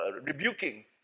rebuking